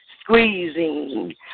squeezing